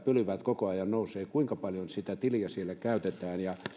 pylväät koko ajan nousevat kuinka paljon sitä tiliä siellä käytetään